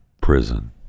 prison